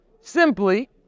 Simply